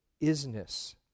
isness